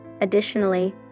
Additionally